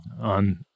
on